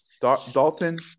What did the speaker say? Dalton